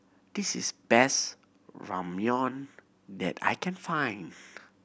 this is the best Ramyeon that I can find